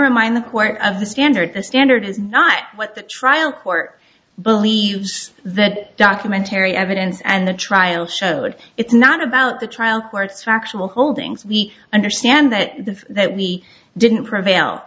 remind the court of the standard the standard is not what the trial court believes that documentary evidence and the trial showed it's not about the trial where it's factual holdings we understand that the that we didn't prevail